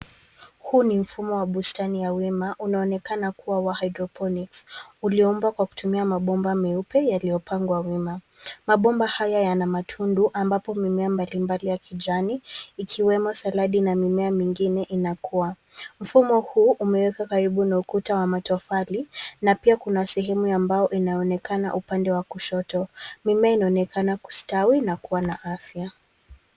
Huu ni mfumo wa bustani ya wima unaonekana kua wa hydroponics , ulioumbwa kwa kutumia mabomba meupe yaliyopangwa wima. Mabomba haya yana matundu, ambapo mimea mbali mbali ya kijani, ikiwemo saladi na mimea mingine inakua. Mfumo huu umeekwa karibu na ukuta wa matofali, na pia kuna sehemu ya mbao inaonekana upande wa kushoto. Mimea inaonekana kustawi na kua na afya.